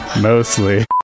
Mostly